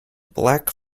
black